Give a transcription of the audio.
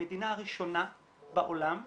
המדינה הראשונה בעולם שאמרה,